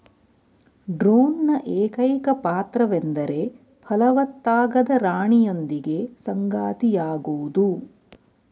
ಡ್ರೋನ್ನ ಏಕೈಕ ಪಾತ್ರವೆಂದರೆ ಫಲವತ್ತಾಗದ ರಾಣಿಯೊಂದಿಗೆ ಸಂಗಾತಿಯಾಗೋದು